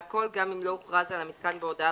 והכל גם אם לא הוכרז על המיתקן בהודעה